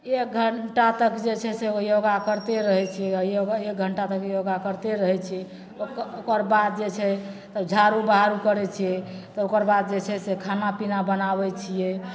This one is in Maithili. एक घण्टा तक जे छै से ओ योगा करिते रहै छिए योगा एक घण्टा तक योगा करिते रहै छी ओक ओकर बाद जे छै तब झाड़ू बहारू करै छिए तऽ ओकर बाद जे छै से खाना पीना बनाबै छिए